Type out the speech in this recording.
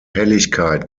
helligkeit